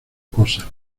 cosas